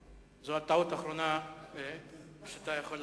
זו הטעות האחרונה שאתה יכול לעשות.